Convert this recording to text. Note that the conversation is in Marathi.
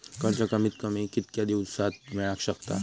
कर्ज कमीत कमी कितक्या दिवसात मेलक शकता?